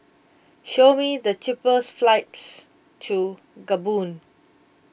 show me the cheapest flights to Gabon